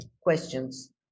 questions